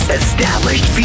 established